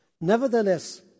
Nevertheless